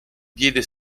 diede